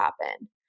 happen